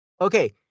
Okay